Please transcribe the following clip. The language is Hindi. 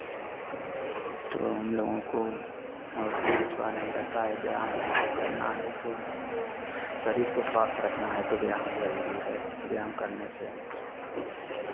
तो हमलोगों को और कोई थोड़ा नहीं रहता है व्यायाम करना है तो शरीर को स्वस्थ रखना है तो व्यायाम जरूरी है व्यायाम करने से